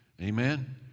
Amen